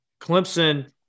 Clemson